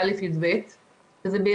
י"א ו-י"ב,